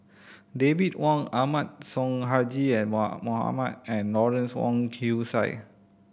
David Wong Ahmad Sonhadji Mohamad and Lawrence Wong Shyun Tsai